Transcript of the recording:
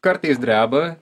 kartais dreba